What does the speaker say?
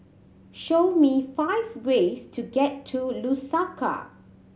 show me five ways to get to Lusaka